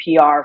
PR